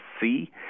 see